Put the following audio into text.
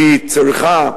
כי היא צריכה,